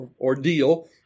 ordeal